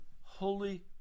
Holy